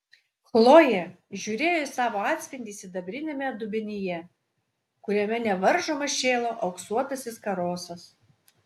chlojė žiūrėjo į savo atspindį sidabriniame dubenyje kuriame nevaržomas šėlo auksuotasis karosas